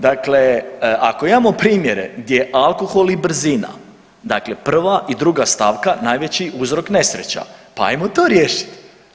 Dakle, ako imamo primjere gdje alkohol i brzina, dakle prva i druga stavka najveći uzrok nesreća, pa hajmo to riješiti.